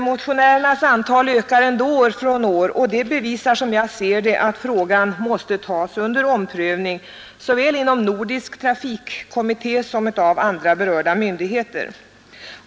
Motionärernas antal ökar ändå år från år, och det bevisar som jag ser det att frågan måste tas under omprövning såväl av Nordisk vägtrafikkommitté som av andra berörda myndigheter.